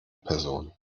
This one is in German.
person